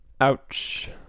ouch